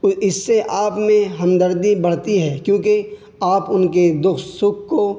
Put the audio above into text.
تو اس سے آپ میں ہمدردی بڑھتی ہے کیونکہ آپ ان کی دکھ سکھ کو